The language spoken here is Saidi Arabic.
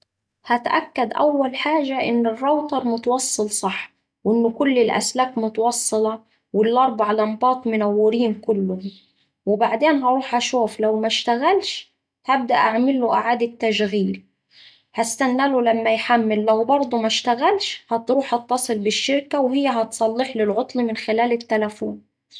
هتأكد أول حاجة إن الراوتر متوصل صح وإن كل الأسلاك متوصلة والأربع لمبات منورين كلهم، وبعدين هروح أشوف لو مشتغلش هبدأ أعمله إعادة تشغيل، هستناله لما يحمل لو برضه مشتغلتش هتصل بالشركة وهي هتصلحلي العطل من خلال التلفون